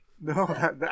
No